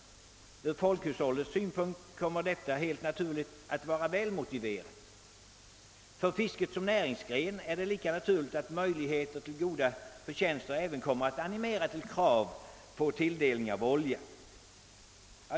Ur folkhushållets synpunkt kommer detta helt naturligt att vara välmotiverat. För fisket som näringsgren är det lika naturligt att möjligheter till goda förtjänster även kommer att animera till krav på tilldelning av olja.